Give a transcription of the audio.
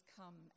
come